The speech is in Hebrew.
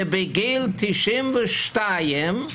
ובגיל 92,